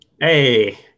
Hey